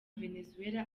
venezuela